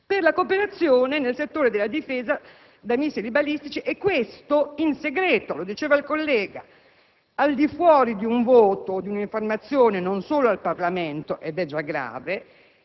per la cooperazione nel settore della difesa da missili balistici e questo in segreto (lo diceva il collega), al di fuori di un voto o di un'informazione non solo al Parlamento - ed è già grave